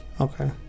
Okay